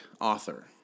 author